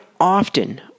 often